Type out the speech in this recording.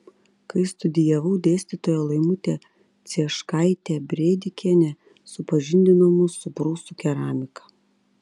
kai studijavau dėstytoja laimutė cieškaitė brėdikienė supažindino mus su prūsų keramika